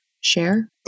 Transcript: share